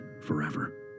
forever